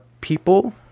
people